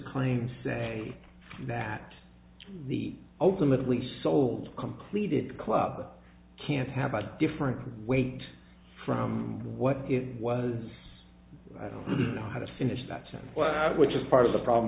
claim say that the ultimately sold completed club can have a different weight from what it was i don't know how to finish that sentence which is part of the problem